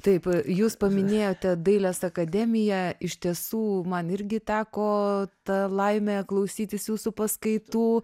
taip jūs paminėjote dailės akademiją iš tiesų man irgi teko ta laimė klausytis jūsų paskaitų